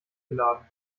geladen